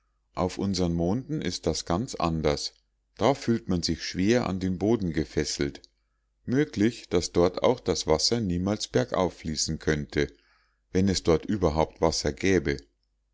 auf unsern monden ist das ganz anders da fühlt man sich schwer an den boden gefesselt möglich daß dort auch das wasser niemals bergauf fließen könnte wenn es dort überhaupt wasser gäbe